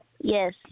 Yes